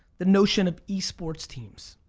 the notion of esports teams,